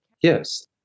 Yes